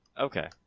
Okay